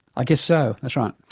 i guess so, that's right.